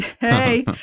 Hey